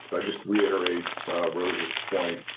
i just reiterate rose's point.